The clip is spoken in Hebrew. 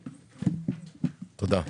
תודה.